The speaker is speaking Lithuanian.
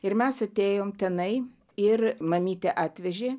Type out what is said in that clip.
ir mes atėjom tenai ir mamytę atvežė